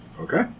Okay